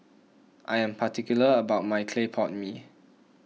I am particular about my Clay Pot Mee